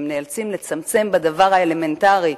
והם נאלצים לצמצם בדבר האלמנטרי.